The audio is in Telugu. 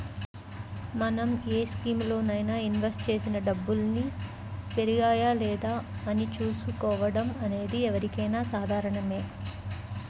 మనం ఏ స్కీములోనైనా ఇన్వెస్ట్ చేసిన డబ్బుల్ని పెరిగాయా లేదా అని చూసుకోవడం అనేది ఎవరికైనా సాధారణమే